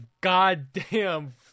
goddamn